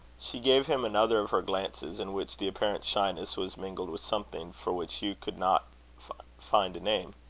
she gave him another of her glances, in which the apparent shyness was mingled with something for which hugh could not find a name.